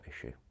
issue